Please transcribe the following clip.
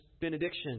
benediction